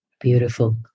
Beautiful